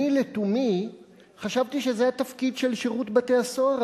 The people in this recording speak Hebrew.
אני לתומי חשבתי שזה התפקיד של שירות בתי-הסוהר,